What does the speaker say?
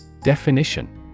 Definition